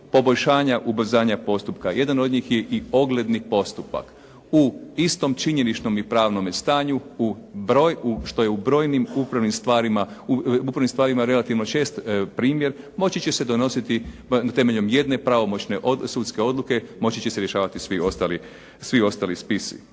poboljšanja ubrzanja postupka. Jedan od njih je i ogledni postupak. U istom činjeničnom i pravnom stanju što je u brojnim upravnim stvarima relativno čest primjer, moći će se donositi temeljem jedne pravomoćne sudske odluke moći će se rješavati svi ostali spisi.